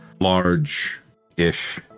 large-ish